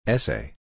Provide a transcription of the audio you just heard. Essay